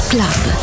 Club